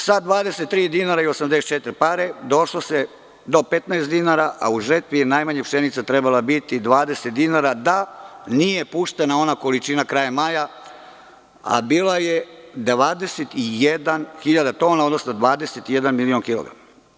Sa 23 dinara i 84 pare došlo se do 15 dinara, a u žetvi je najmanje pšenica trebala biti 20 dinara, da nije puštena ona količina krajem maja, a bila je 21.000 tona, odnosno 21 milion kilograma.